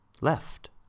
left